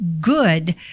good